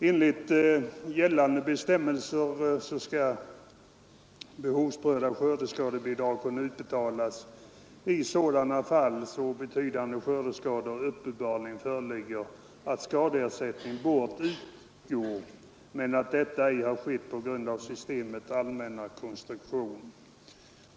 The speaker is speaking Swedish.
Enligt gällande bestämmelser skall behovsprövade skördeskadebidrag kunna utbetalas i sådana fall där så betydande skördeskador uppenbarligen föreligger, att skadeersättning bort utgå men detta ej skett på grund av systemets allmänna konstruktion.